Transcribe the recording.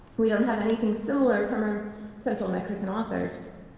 we don't have anything similar from ah central mexican authors.